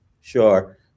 Sure